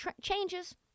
changes